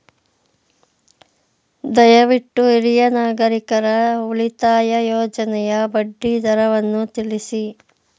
ದಯವಿಟ್ಟು ಹಿರಿಯ ನಾಗರಿಕರ ಉಳಿತಾಯ ಯೋಜನೆಯ ಬಡ್ಡಿ ದರವನ್ನು ತಿಳಿಸಿ